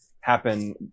happen